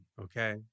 okay